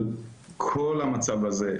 אבל כל המצב הזה,